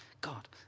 God